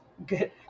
good